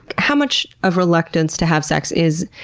how much of reluctance to have sex is,